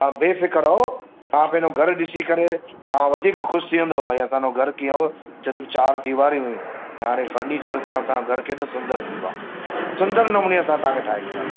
तव्हां बेफ़िकरि रहो तव्हां पंहिंजो घरु ॾिसी तव्हां वधीक ख़ुशि थी वेंदव भाई असांजो घरु कीअं हुयो सिर्फ़ु चार दीवारियूं हुयूं ऐं हाणे फर्निचर सां असां जो घर केॾो सुंदरु थी वियो आहे सुंदरु नमूने असां तव्हांखे ठाहे ॾींदासि